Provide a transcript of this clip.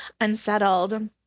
unsettled